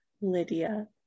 Lydia